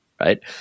Right